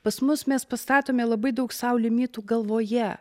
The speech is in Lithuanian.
pas mus mes pastatome labai daug sau limitų galvoje